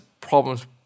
problems